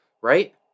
Right